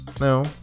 No